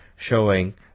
Showing